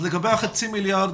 לגבי החצי מיליארד,